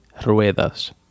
ruedas